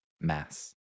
Mass